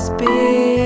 big